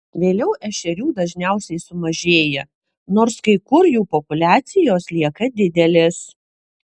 vėliau ešerių dažniausiai sumažėja nors kai kur jų populiacijos lieka didelės